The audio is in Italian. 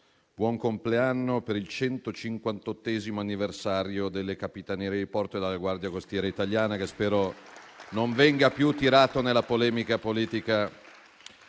un augurio per il 158° anniversario delle Capitanerie di porto e della Guardia costiera italiana, che spero non vengano più tirate nella polemica politica